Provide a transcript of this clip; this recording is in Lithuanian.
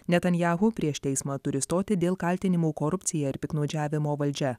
netanjahu prieš teismą turi stoti dėl kaltinimų korupcija ir piktnaudžiavimo valdžia